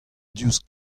diouzh